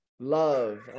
love